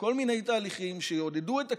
כל מיני תהליכים שיעודדו את הקשר,